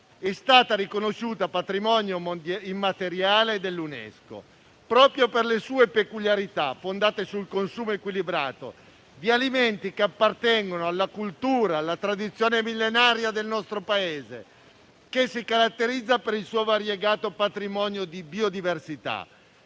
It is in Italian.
è stata riconosciuta patrimonio immateriale dell'UNESCO proprio per le sue peculiarità, fondate sul consumo equilibrato di alimenti che appartengono alla cultura e alla tradizione millenaria del nostro Paese, che si caratterizza per il suo variegato patrimonio di biodiversità.